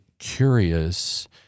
curious